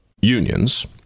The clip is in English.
unions